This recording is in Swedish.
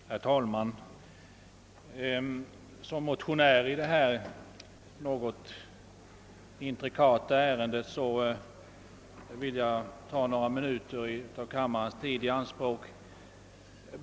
Herr talman! Eftersom jag är motionär i detta något intrikata ärende vill jag ta några minuter av kammarens tid i anspråk.